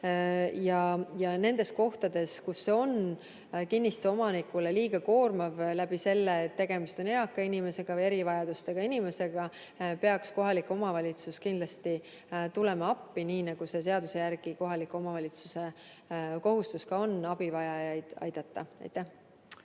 Ja nendes kohtades, kus see on kinnistuomanikule liiga koormav selle tõttu, et tegemist on eaka inimesega või erivajadustega inimestega, peaks kohalik omavalitsus kindlasti tulema appi, nii nagu seaduse järgi kohaliku omavalitsuse kohustus ongi abivajajaid aidata. Aitäh!